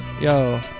Yo